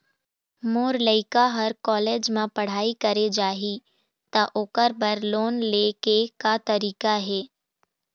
मोर लइका हर कॉलेज म पढ़ई करे जाही, त ओकर बर लोन ले के का तरीका हे?